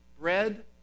bread